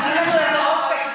אין לנו איזה אופק?